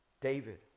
David